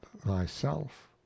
thyself